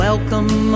Welcome